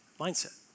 mindset